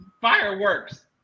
fireworks